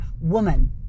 woman